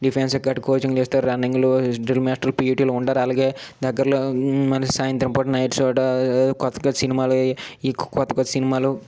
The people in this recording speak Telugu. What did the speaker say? డిఫెన్స్ గట్టు కోచింగ్లు ఇస్తారు రన్నింగ్లు డీల్ మాస్టర్లు పిఈటిలు ఉంటారు అలాగే దగ్గర్లో మళ్ళీ సాయంత్రం పూట నైట్ చోట కొత్తగా సినిమాలు ఇవి కొత్త కొత్త సినిమాలు